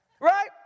right